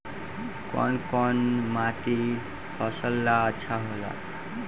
कौन कौनमाटी फसल ला अच्छा होला?